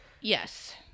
Yes